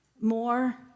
more